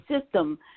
system